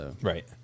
Right